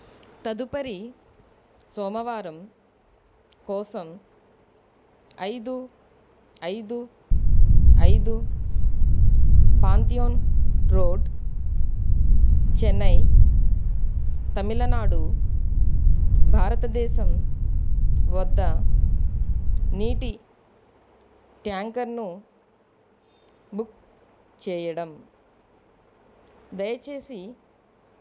తదుపరి సోమవారం కోసం ఐదు ఐదు ఐదు పాంథియోన్ రోడ్ చెన్నై తమిళనాడు భారతదేశం వద్ద నీటి ట్యాంకర్ను బుక్ చేయడం దయచేసి